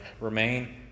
remain